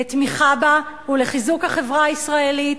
לתמיכה בה ולחיזוק החברה הישראלית,